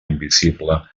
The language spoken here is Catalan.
invisible